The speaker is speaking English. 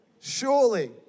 Surely